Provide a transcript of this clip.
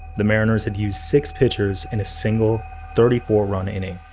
the mariners had used six pitchers in a single thirty four run inning.